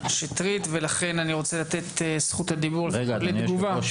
שטרית ולכן אני רוצה לתת את זכות הדיבור --- אדוני היושב-ראש,